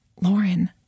Lauren